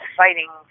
fighting